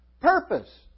Purpose